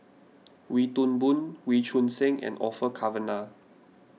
Wee Toon Boon Wee Choon Seng and Orfeur Cavenagh